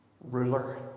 Ruler